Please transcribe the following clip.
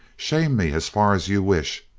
shame me as far as you wish!